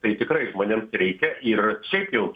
tai tikrai žmonėms reikia ir šiaip jau